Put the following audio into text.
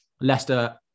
Leicester